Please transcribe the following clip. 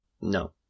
No